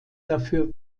dafür